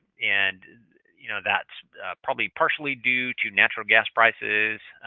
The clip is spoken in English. and you know that's probably partially due to natural gas prices,